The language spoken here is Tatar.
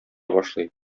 башлый